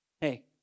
Hey